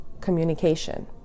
communication